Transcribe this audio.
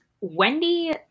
Wendy